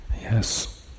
Yes